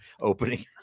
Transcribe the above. opening